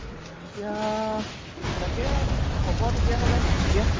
এতিয়া তাকে হ'ব তেতিয়াহ'লে এতিয়া